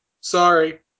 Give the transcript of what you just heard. Sorry